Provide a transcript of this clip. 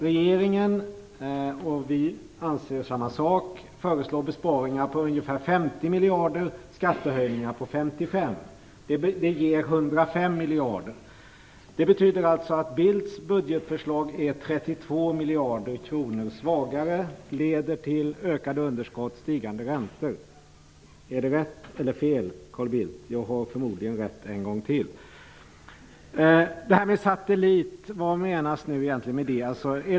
Regeringen och vi föreslår samma sak, besparingar på ungefär 50 miljarder och skattehöjningar på 55 miljarder. Det ger 105 miljarder. Det betyder alltså att Carl Bildts budgetförslag är 32 miljarder kronor svagare, vilket leder till ökade underskott och stigande räntor. Är det rätt eller fel, Carl Bildt? Förmodligen har jag rätt en gång till. Vad menas egentligen med detta med satellit?